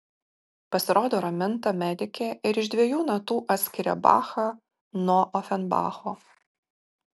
pasirodo raminta medikė ir iš dviejų natų atskiria bachą nuo ofenbacho